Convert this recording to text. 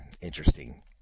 interesting